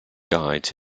guides